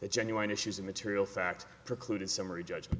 that genuine issues of material fact precluded summary judgment